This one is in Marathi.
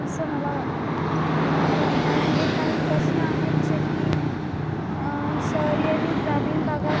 असं मला वाटत आहे त्यामुळे हे काही प्रश्न आहेत जे की शहरी आणि ग्रामीण भागात